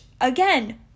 again